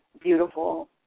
beautiful